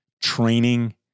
training